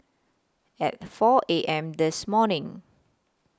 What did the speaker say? At four A M This morning